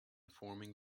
forming